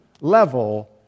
level